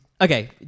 okay